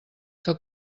que